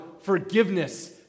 forgiveness